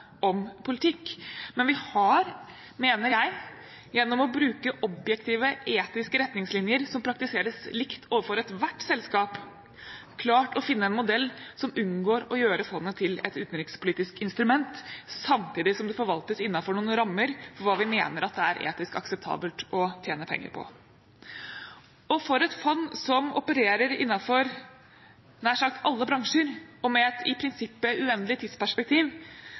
om politikk, men vi har, mener jeg, gjennom å bruke objektive etiske retningslinjer som praktiseres likt overfor ethvert selskap, klart å finne en modell som unngår å gjøre fondet til et utenrikspolitisk instrument samtidig som det forvaltes innenfor noen rammer for hva vi mener at det er etisk akseptabelt å tjene penger på. For et fond som opererer innenfor nær sagt alle bransjer og med i prinsippet et uendelig tidsperspektiv,